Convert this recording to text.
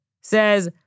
says